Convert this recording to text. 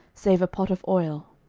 save a pot of oil.